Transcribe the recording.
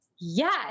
yes